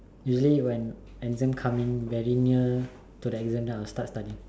really when exam coming very near to the exam then I start studying